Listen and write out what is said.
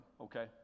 okay